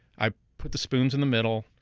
i put the spoons in the middle.